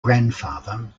grandfather